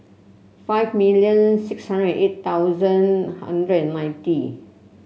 five million six hundred and eight thousand hundred and ninety